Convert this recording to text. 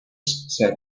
said